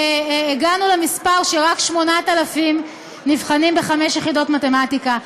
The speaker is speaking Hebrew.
והגענו לכך שרק 8,000 נבחנים בחמש יחידות מתמטיקה.